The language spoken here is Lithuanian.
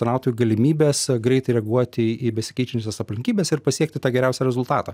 tarnautojų galimybes greitai reaguoti į besikeičiančias aplinkybes ir pasiekti tą geriausią rezultatą